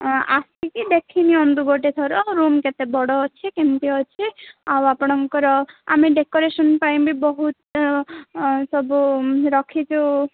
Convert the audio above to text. ଆସିକି ଦେଖି ନିଅନ୍ତୁ ଗୋଟେ ଥର ରୁମ୍ କେତେ ବଡ଼ ଅଛି କେମିତି ଅଛି ଆଉ ଆପଣଙ୍କର ଆମେ ଡେକୋରେସନ୍ ପାଇଁ ବି ବହୁତ ସବୁ ରଖିଛୁ